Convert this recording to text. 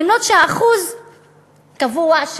למרות שהמספר הוא קבוע,